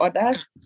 others